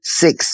six